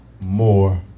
more